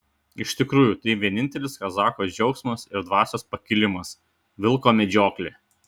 iš tikrųjų tai vienintelis kazacho džiaugsmas ir dvasios pakilimas vilko medžioklė